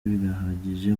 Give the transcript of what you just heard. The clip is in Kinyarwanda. birahagije